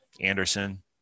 anderson